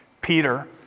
Peter